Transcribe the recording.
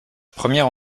première